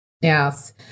Yes